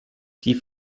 die